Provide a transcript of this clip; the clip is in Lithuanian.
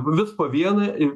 vis po vieną ir